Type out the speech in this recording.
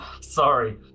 sorry